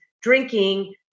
drinking